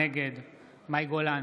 נגד מאי גולן,